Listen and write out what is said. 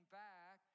back